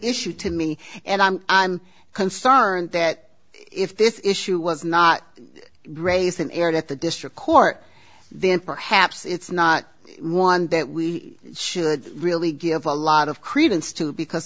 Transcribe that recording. issue to me and i'm i'm concerned that if this issue was not raised in aired at the district court then perhaps it's not one that we should really give a lot of credence to because